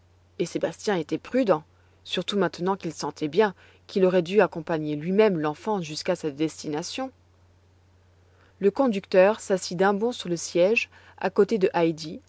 et sébastien était prudent surtout maintenant qu'il sentait bien qu'il aurait dû accompagner lui-même l'enfant jusqu'à sa destination le conducteur s'assit d'un bond sur le siège à côté de heidi